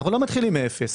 אנחנו לא מתחילים מאפס.